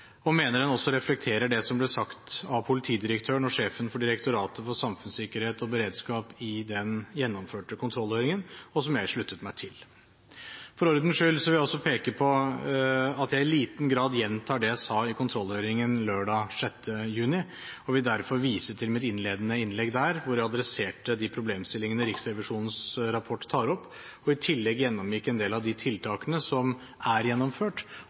og mener den også reflekterer det som ble sagt av politidirektøren og sjefen for Direktoratet for samfunnssikkerhet og beredskap i den gjennomførte kontrollhøringen – og som jeg sluttet meg til. For ordens skyld vil jeg også peke på at jeg i liten grad gjentar det jeg sa i kontrollhøringen lørdag 6. juni, og vil derfor vise til mitt innledende innlegg der, hvor jeg adresserte de problemstillingene Riksrevisjonens rapport tar opp, og i tillegg gjennomgikk en del av de tiltakene som er gjennomført,